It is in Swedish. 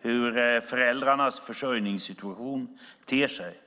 hur föräldrarnas försörjningssituation ter sig.